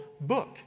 book